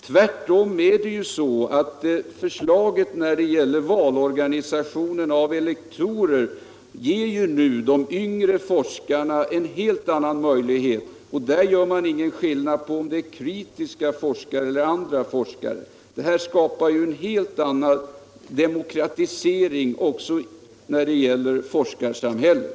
Tvärtom är det så att förslaget när det gäller valorganisationen av elektorer ger de yngre forskarna en helt annan möjlighet, och där gör man ingen skillnad på om det är kritiska eller andra forskare. Detta skapar en helt annan demokratisering också när det gäller forskarsamhället.